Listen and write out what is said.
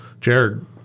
Jared